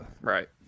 right